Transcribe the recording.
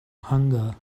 hunger